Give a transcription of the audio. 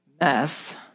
mess